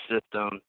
system